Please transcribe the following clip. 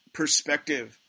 perspective